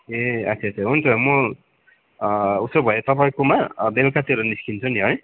ए अच्छा अच्छा हुन्छ म उसो भए तपाईँकोमा बेलुकातिर निस्कन्छु नि है